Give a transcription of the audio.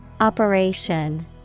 Operation